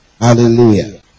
Hallelujah